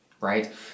right